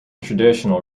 traditional